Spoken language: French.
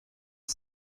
ses